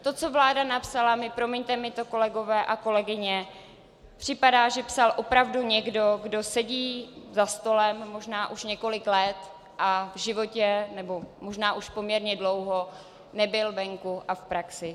To, co vláda napsala, promiňte mi to, kolegové a kolegyně, mi připadá, že to psal opravdu někdo, kdo sedí za stolem, možná už několik let, a možná už poměrně dlouho nebyl venku a v praxi.